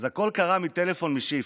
אז הכול קרה מטלפון משיף,